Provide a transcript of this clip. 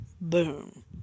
Boom